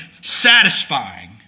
satisfying